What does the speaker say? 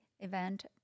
event